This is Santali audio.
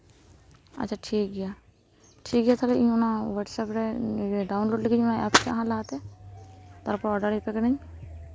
ᱟᱪᱪᱷᱟ ᱴᱷᱤᱠᱜᱮᱭᱟ ᱴᱷᱤᱠᱜᱮᱭᱟ ᱛᱟᱦᱞᱮ ᱤᱧ ᱚᱱᱟ ᱦᱳᱣᱟᱴᱥᱮᱯ ᱨᱮ ᱰᱟᱣᱩᱱᱞᱳᱰ ᱞᱮᱜᱤᱧ ᱮᱯᱥ ᱴᱟᱜ ᱦᱟᱸᱜ ᱞᱟᱦᱟᱛᱮ ᱛᱟᱨᱯᱚᱨ ᱚᱰᱟᱨ ᱟᱯᱮ ᱠᱟᱹᱱᱟᱹᱧ